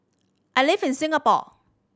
I live in Singapore